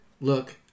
look